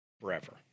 forever